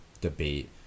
debate